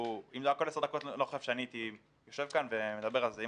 אם זה היה כל עשר דקות אני לא חושב שהייתי יושב כאן ומדבר על זה.